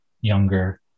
younger